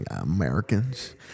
Americans